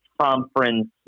conference